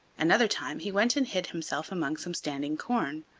another time he went and hid himself among some standing corn,